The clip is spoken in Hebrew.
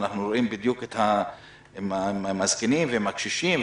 ואנחנו רואים בדיוק מה קורה עם הזקנים והקשישים,